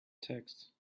texts